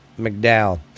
mcdowell